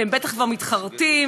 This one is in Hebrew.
ובטח הם כבר מתחרטים,